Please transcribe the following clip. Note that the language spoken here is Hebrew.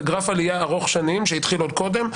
זה גרף עלייה ארוך שנים שהתחיל עוד קודם.